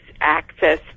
access